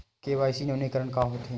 KYC नवीनीकरण का होथे?